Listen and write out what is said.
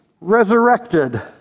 resurrected